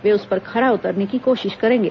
वे उसपर खरा उतरने की कोशिश करेंगे